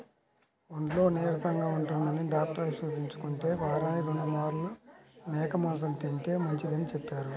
ఒంట్లో నీరసంగా ఉంటందని డాక్టరుకి చూపించుకుంటే, వారానికి రెండు మార్లు మేక మాంసం తింటే మంచిదని చెప్పారు